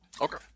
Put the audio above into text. Okay